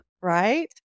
Right